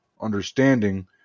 understanding